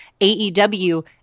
AEW